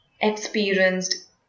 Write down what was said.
experienced